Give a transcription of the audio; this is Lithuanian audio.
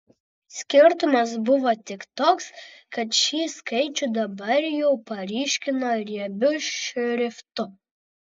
skirtumas buvo tik toks kad šį skaičių dabar jau paryškino riebiu šriftu